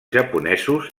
japonesos